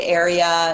area